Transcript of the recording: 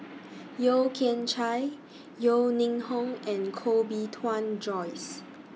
Yeo Kian Chai Yeo Ning Hong and Koh Bee Tuan Joyce